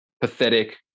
pathetic